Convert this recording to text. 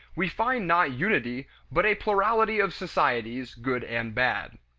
we find not unity, but a plurality of societies, good and bad.